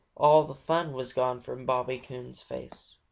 all the fun was gone from bobby coon's face.